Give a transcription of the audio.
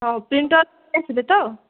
ହଁ ପ୍ରିଣ୍ଟର୍ ଆସିବେ ତ